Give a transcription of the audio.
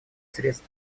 средств